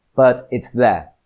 but it's there.